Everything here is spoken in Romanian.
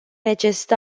necesită